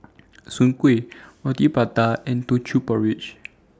Soon Kueh Roti Prata and Teochew Porridge